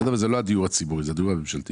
וזה לא הדיור הציבורי אלא הדיור הממשלתי